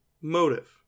motive